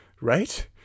right